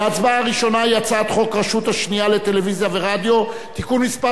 וההצבעה הראשונה היא: הצעת חוק הרשות השנייה לטלוויזיה ורדיו (תיקון מס'